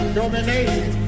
domination